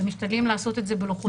ומשתדלים לעשות את זה בנוחות.